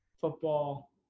football